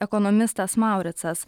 ekonomistas mauricas